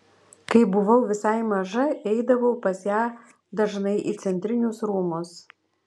kai buvau visai maža eidavau pas ją dažnai į centrinius rūmus